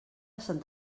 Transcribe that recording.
sant